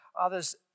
others